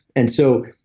and so,